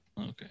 Okay